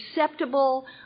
acceptable